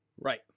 Right